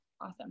Awesome